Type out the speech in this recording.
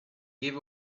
give